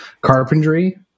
carpentry